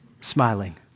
smiling